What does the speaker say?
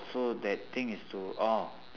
so that thing is to orh